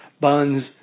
Buns